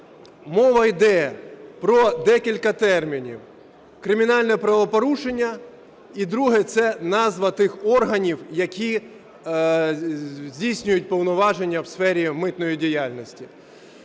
Мова йде про декілька термінів: "кримінальне правопорушення" і друге – це назва тих органів, які здійснюють повноваження в сфері митної діяльності.